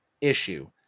issue